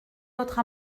votre